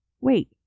Wait